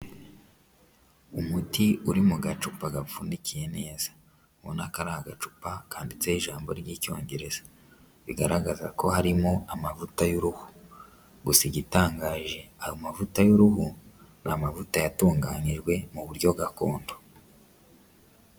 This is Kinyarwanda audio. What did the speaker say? Umuti uri mu gacupa gapfundikiye neza, ubona ko ari agacupa kanditseho ijambo ry'icyongereza, bigaragaza ko harimo amavuta y'uruhu, gusa igitangaje ayo mavuta y'uruhu, ni amavuta yatunganijwe mu buryo gakondo.